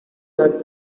that